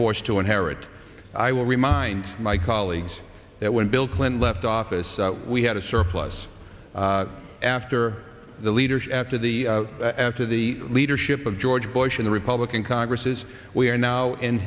forced to inherit i will remind my colleagues that when bill clinton left office we had a surplus after the leadership after the out of the leadership of george bush and the republican congresses we are now in